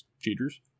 cheaters